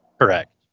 Correct